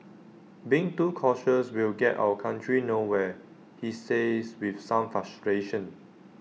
being too cautious will get our country nowhere he says with some frustration